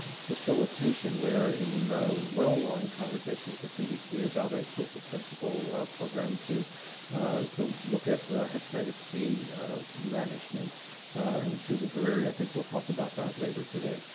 facilitation we are in the well long conversation with the cdc about a proof-of-principle a program to to look at the hepatitis c management and susan hariri i think will talk about that later today,